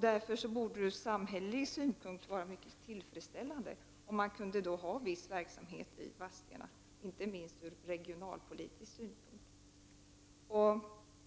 Därför borde det ur samhällelig synpunkt vara mycket tillfredsställande, inte minst ur regionalpolitisk synpunkt, om Saab kunde ha viss verksamhet i Vadstena.